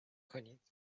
کنید